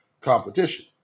competition